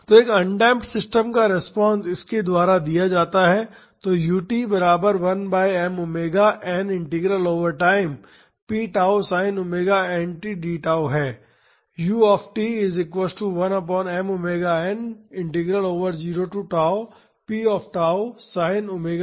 तो एक undamped system का रिस्पांस इसके द्वारा दिया जाता है तो u t बराबर 1 by m omega n integral over time p tau sin omega n t d tau है